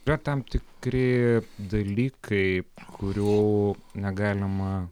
bet tam tikri dalykai kurių negalima